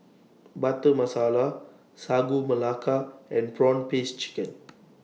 Butter Masala Sagu Melaka and Prawn Paste Chicken